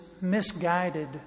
misguided